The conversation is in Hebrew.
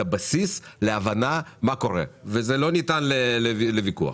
הבסיס להבנה מה קורה וזה לא ניתן לוויכוח.